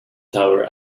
tower